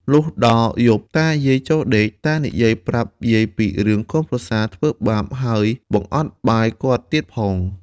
លុះដល់យប់តាយាយចូលដេក តានិយាយប្រាប់យាយពីរឿងកូនប្រសាធ្វើបាបហើយបង្អត់បាយគាត់ទៀតផង។